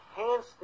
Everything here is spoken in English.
enhance